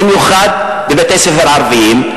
במיוחד בבתי-ספר ערביים,